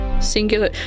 singular